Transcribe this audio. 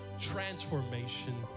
transformation